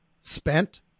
spent